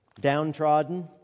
downtrodden